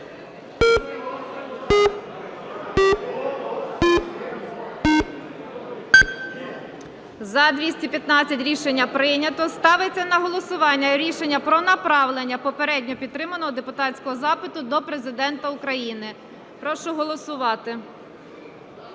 За-215 Рішення прийнято. Ставиться на голосування рішення про направлення попередньо підтриманого депутатського запиту до Президента України. Прошу голосувати.